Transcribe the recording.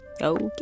Okay